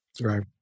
right